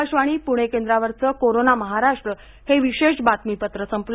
आकाशवाणी पृणे केंद्रावरच कोरोना महाराष्ट्र हे विशेष बातमीपत्र संपल